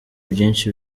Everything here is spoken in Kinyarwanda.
byinshi